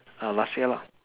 uh last year lah